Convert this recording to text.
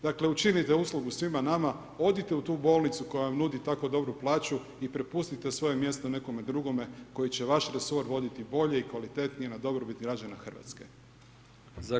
Dakle, učinite uslugu svima nama, odite u tu bolnicu koja vam nudi tako dobru plaću i prepustite svoje mjesto nekome drugome koji će vaš resor voditi bolje i kvalitetnije na dobrobit građana Hrvatske.